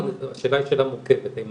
השאלה היא שאלה מורכבת, האם